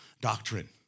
doctrine